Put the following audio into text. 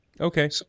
Okay